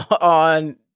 on